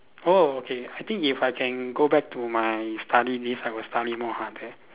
oh okay I think if I can go back to my study days I will study more harder